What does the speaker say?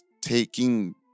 Taking